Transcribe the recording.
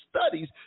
studies